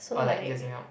or like just milk